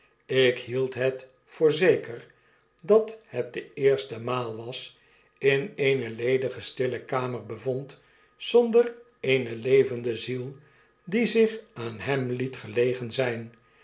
ik hield net voor zeker dat het de eerste maal was in eene ledige stille kamer bevond zonder eene levende ziel die zich aan hem liet gelegen zyn